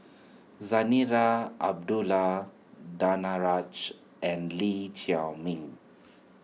Zarinah Abdullah Danaraj and Lee Chiaw Meng